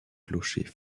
clocher